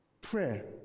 Prayer